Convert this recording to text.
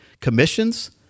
commissions